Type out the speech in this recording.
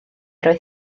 roedd